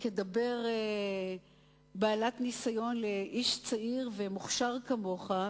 כדבר בעלת ניסיון לאיש צעיר ומוכשר כמוך,